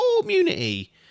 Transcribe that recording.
community